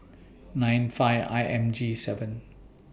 nine five I M G seven